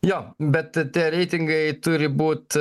jo bet tie reitingai turi būt